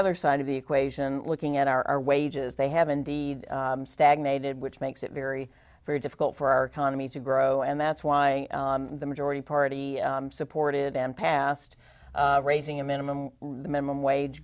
other side of the equation looking at our wages they have indeed stagnated which makes it very very difficult for our economy to grow and that's why the majority party supported and passed raising a minimum the minimum wage